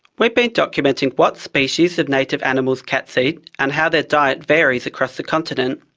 we've been documenting what species of native animals cats eat and how their diet varies across the continent.